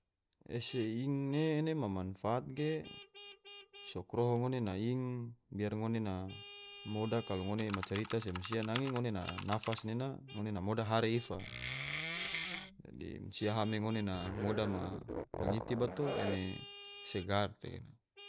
Ese ing ne ene ma manfaat ge, so kroho ngone na ing, biar ngone na moda kalo ngone macarita se mansia nange ngone na nafas nena ngone na moda hare ifa, dadi mansia hame ngone na moda ma mangiti bato ene segar tegena